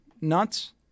nuts